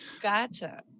Gotcha